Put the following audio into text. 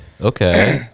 Okay